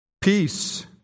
peace